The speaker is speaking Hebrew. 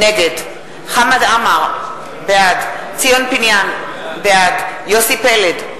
נגד חמד עמאר, בעד ציון פיניאן, בעד יוסי פלד,